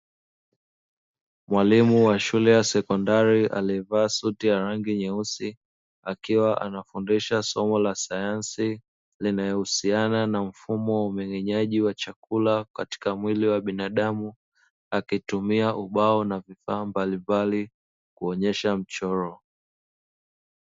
Mwalimu wa shule ya sekondari aliyevaa suti ya rangi nyeusi akiwa anafundisha somo la sayansi linahusiana na mfumo wa umen'genyaji wa chakula katika mwili wa binadamu akitumia ubao na vifaa mbalimbali kuonyesha mchoro.